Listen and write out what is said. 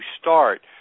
start